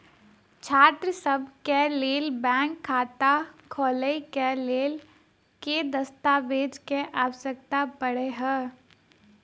छात्रसभ केँ लेल बैंक खाता खोले केँ लेल केँ दस्तावेज केँ आवश्यकता पड़े हय?